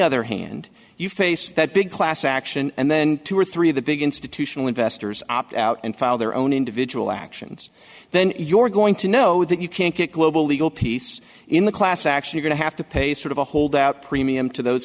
other hand you face that big class action and then two or three of the big institutional investors opt out and file their own individual actions then your going to know that you can't get global legal peace in the class action are going to have to pay sort of a holdout premium to those